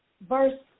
verse